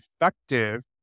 effective